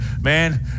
man